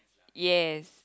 yes